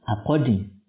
according